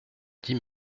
dix